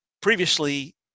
Previously